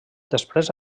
després